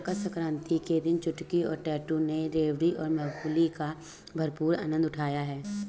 मकर सक्रांति के दिन चुटकी और टैटू ने रेवड़ी और मूंगफली का भरपूर आनंद उठाया